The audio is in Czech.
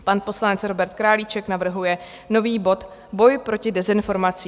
Pan poslanec Robert Králíček navrhuje nový bod Boj proti dezinformacím.